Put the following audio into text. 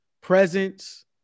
presence